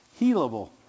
Healable